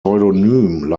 vom